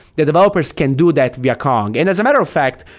the developers can do that via kong. and as a matter of fact,